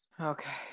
Okay